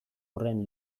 horren